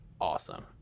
awesome